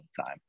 time